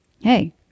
Hey